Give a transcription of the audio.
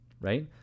right